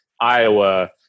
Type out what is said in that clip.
Iowa